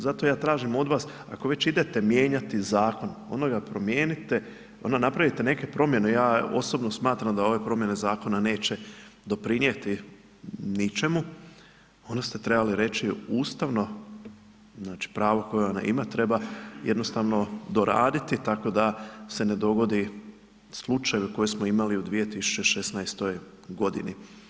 Zato ja tražim od vas, ako već idete mijenjati zakon, onda ga promijenite, ono napravite neke promjene, ja osobno smatram da ove promjene zakona neće doprinijeti ničemu, onda ste trebali reći, znači ustavno, znači pravo koje ona ima treba jednostavno doraditi, tako da se ne dogodi slučajevi koje smo imali u 2016. godini.